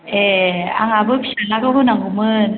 ए आंहाबो फिसालाखौ होनांगौमोन